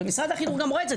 ומשרד החינוך גם רואה את זה.